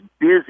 busy